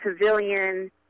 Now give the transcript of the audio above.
Pavilion